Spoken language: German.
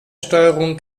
steuerung